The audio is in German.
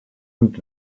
und